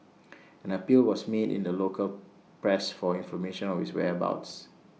an appeal was made in the local press for information of his whereabouts